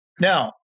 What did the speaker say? Now